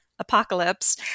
apocalypse